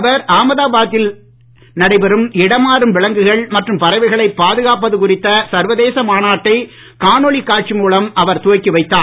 அவர் ஆகமதாபாத்தில் நடைபெறும் இடமாறும் விலங்குகள் மற்றும் பறவைகளை பாதுகாப்பது குறித்த சர்வதேச மாநாட்டை காணொலி காட்சி மூலம் அவர் துவக்கி வைத்தார்